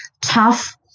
tough